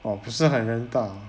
oh 不是很人道